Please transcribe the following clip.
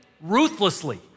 ruthlessly